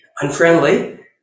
unfriendly